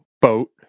boat